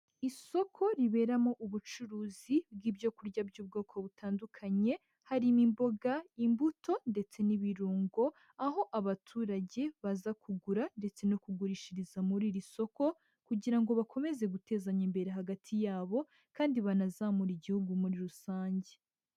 Isoko riberamo ubucuruzi bw'ibyo kurya by'ubwoko butandukanye harimo: imboga, imbuto, ndetse n'ibirungo, aho abaturage baza kugura ndetse no kugurishiriza muri iri soko kugira ngo bakomeze gutezanya imbere hagati yabo kandi banazamura igihugu muri rusange.